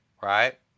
right